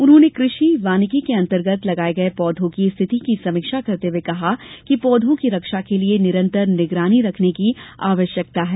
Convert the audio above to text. उन्होने कृषि वानिकी के अंतर्गत लगाये पौधों की स्थिति की समीक्षा करते हुए कहा कि पौधों की रक्षा के लिये निरंतर निगरानी रखने की आवश्यकता है